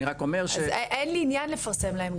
אני רק אומר --- אז אין לי עניין לפרסם להם,